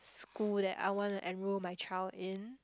school that I want to enroll my child in